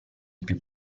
più